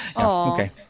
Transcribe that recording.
Okay